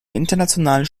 internationalen